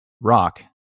Rock